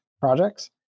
projects